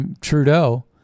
Trudeau